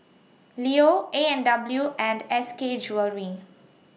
Leo A and W and S K Jewellery